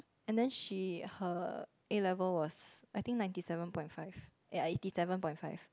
and then she her A-level was I think ninety seven point five eh eighty seven point five